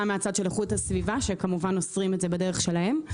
מהצד של איכות הסביבה שאוסרים את זה בדרך שלהם.